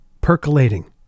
percolating